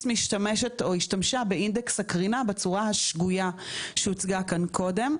משתמשת או השתמשה באינדקס הקרינה בצורה השגויה שהוצגה כאן קודם,